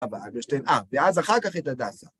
חווה אלברשטיין, אה, ואז אחר כך את הדסה.